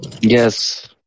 Yes